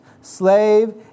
slave